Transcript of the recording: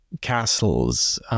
castles